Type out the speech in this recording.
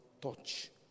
touch